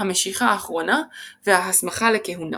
המשיחה האחרונה וההסמכה לכהונה.